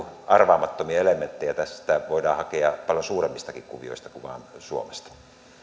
arvaamattomia elementtejä voidaan hakea paljon suuremmistakin kuvioista kuin vain suomesta